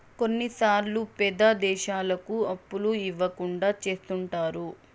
కొన్నిసార్లు పేద దేశాలకు అప్పులు ఇవ్వకుండా చెత్తుంటారు